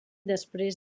després